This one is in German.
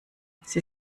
sie